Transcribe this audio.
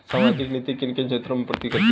सामाजिक नीति किन क्षेत्रों की पूर्ति करती है?